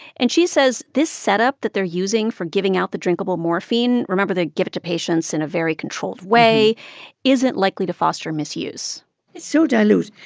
and she says this setup that they're using for giving out the drinkable morphine remember they give it to patients in a very controlled way isn't likely to foster misuse it's so dilute.